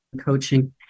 coaching